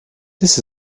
this